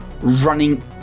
running